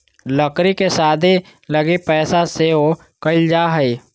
लड़की के शादी लगी पैसा सेव क़इल जा हइ